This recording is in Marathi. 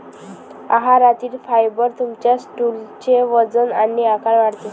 आहारातील फायबर तुमच्या स्टूलचे वजन आणि आकार वाढवते